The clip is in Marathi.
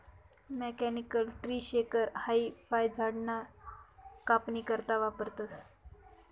मेकॅनिकल ट्री शेकर हाई फयझाडसना कापनी करता वापरतंस